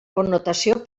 connotació